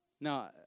Now